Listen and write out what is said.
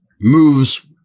moves